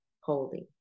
holy